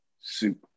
soup